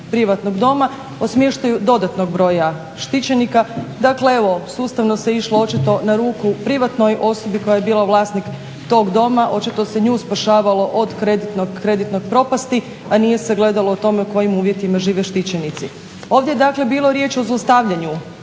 privatnog doma o smještaju dodatnog broja štićenika. Dakle, evo sustavno se išlo očito na ruku privatnoj osobi koja je bila vlasnik tog doma, očito se nju spašavalo od kreditnog, kreditne propasti, a nije se gledalo o tome u kojim uvjetima žive štićenici. Ovdje je dakle bilo riječ o zlostavljanju